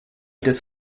des